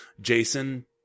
jason